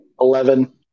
Eleven